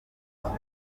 uruti